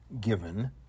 given